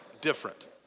different